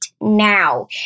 now